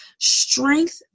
Strength